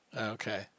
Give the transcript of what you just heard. Okay